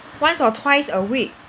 once or twice a week